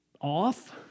off